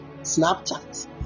Snapchat